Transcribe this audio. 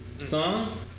song